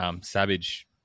savage